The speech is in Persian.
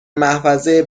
محفظه